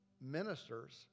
ministers